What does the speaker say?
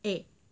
eh